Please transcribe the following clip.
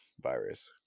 virus